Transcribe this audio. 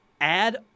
Add